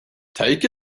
take